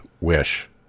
wish